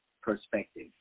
perspective